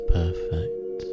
perfect